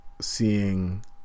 seeing